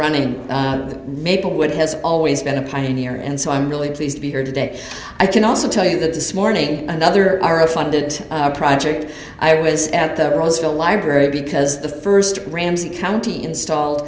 running the maplewood has always been a pioneer and so i'm really pleased to be here today i can also tell you that this morning another hour of funded project i was at the roosevelt library because the first ramsey county installed